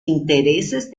intereses